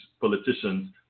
politicians